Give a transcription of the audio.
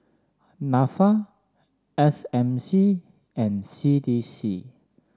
NAFA S M C and C D C